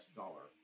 dollar